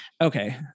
Okay